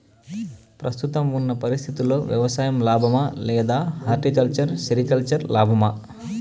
ప్రస్తుతం ఉన్న పరిస్థితుల్లో వ్యవసాయం లాభమా? లేదా హార్టికల్చర్, సెరికల్చర్ లాభమా?